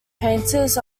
painters